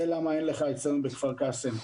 זה למה אין לך אצטדיון בכפר קאסם.